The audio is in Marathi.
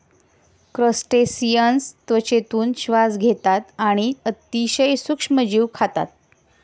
क्रस्टेसिअन्स त्वचेतून श्वास घेतात आणि अतिशय सूक्ष्म जीव खातात